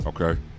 Okay